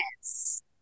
yes